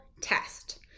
test